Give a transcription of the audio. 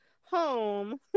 home